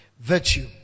virtue